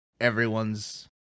everyone's